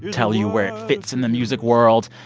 tell you where it fits in the music world.